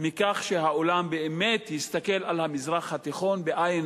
מכך שהעולם באמת יסתכל על המזרח התיכון בעין